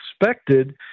expected